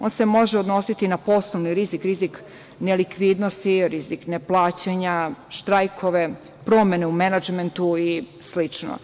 On se može odnositi na poslovni rizik, rizik nelikvidnosti, rizik neplaćanja, štrajkove, promene u menadžmentu i sl.